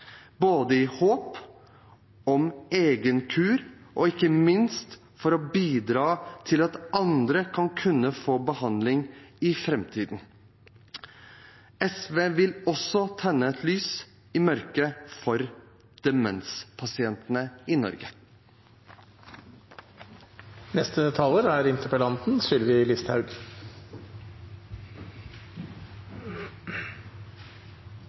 både i håp om egen kur og ikke minst for å bidra til at andre skal kunne få behandling i framtiden. SV vil også tenne et lys i mørket for demenspasientene i